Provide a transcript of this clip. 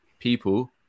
People